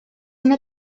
una